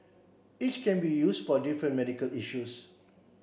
each can be use for different medical issues